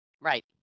Right